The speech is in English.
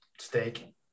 steak